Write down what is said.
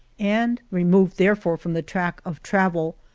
and removed therefore from the track of travel,